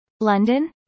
London